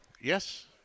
Yes